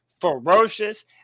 ferocious